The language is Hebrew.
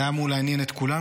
זה היה אמור לעניין את כולם,